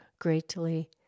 greatly